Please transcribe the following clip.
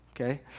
Okay